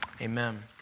Amen